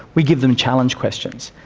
we give them challenge questions.